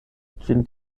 ĝin